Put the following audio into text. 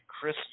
Chris